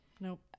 Nope